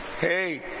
Hey